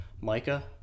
Micah